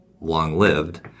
long-lived